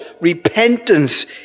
repentance